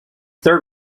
third